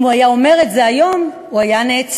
אם הוא היה אומר את זה היום, הוא היה נעצר.